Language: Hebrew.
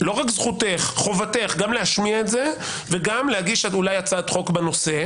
לא רק זכותך חובתך גם להשמיע את זה וגם אולי להגיש הצעת חוק בנושא.